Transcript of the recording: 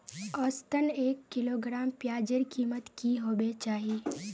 औसतन एक किलोग्राम प्याजेर कीमत की होबे चही?